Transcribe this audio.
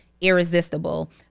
irresistible